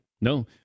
No